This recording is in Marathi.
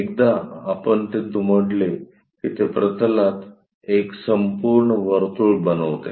एकदा आपण ते दुमडले की ते प्रतलात एक संपूर्ण वर्तुळ बनवते